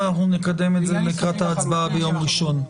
נקדם את זה לקראת ההצבעה ביום ראשון.